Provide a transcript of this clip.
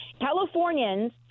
Californians